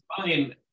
fine